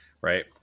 right